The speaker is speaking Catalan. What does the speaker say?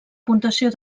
puntuació